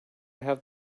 have